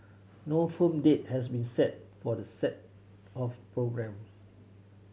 no firm date has been set for the set of programme